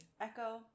Echo